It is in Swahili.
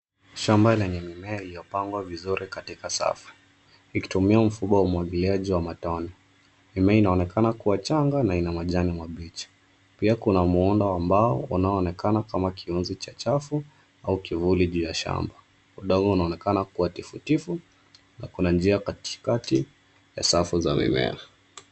Shamba lenye mimea iliyopangwa vizuri katika safu, ikitumia mfumo wa umwagiliaji wa matone. Mimea inaonekana kuwa changa na ina majani mabichi. Pia kuna muundo wa mbao unaoonekana kama kiuzi cha chafu au kivuli juu ya shamba. Udongo unaonekana kuwa tifutifu na kuna njia katikati ya safu za mimea.